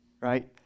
Right